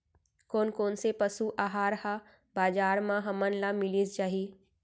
कोन कोन से पसु आहार ह बजार म हमन ल मिलिस जाही?